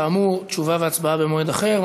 כאמור, תשובה והצבעה במועד אחר.